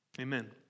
Amen